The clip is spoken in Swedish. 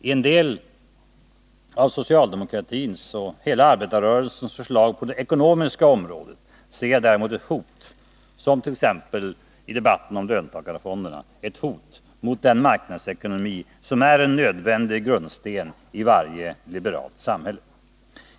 I en del av socialdemokratins och hela arbetarrörelsens förslag på det ekonomiska området ser jag däremot ett hot, t.ex. i debatten om löntagarfonderna, ett hot mot den marknadsekonomi som är en nödvändig grundsten i varje liberalt samhälle.